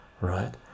right